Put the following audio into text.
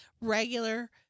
regular